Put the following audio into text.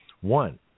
One